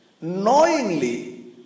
knowingly